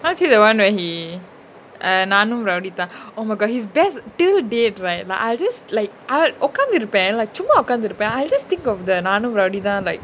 I want to see the one where he err Naanum Rowdy Dhaan rawudythaa oh my god he's best till date right lah I'll just like all உக்காந்து இருப்ப:ukkanthu irupa like சும்மா உக்காந்து இருப்ப:summa ukkanthu irupa I'll just think of the Naanu Rowdy Dhaan rawudythaa like